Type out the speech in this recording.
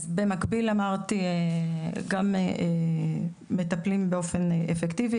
אז במקביל אמרתי שגם מטפלים באופן אפקטיבי,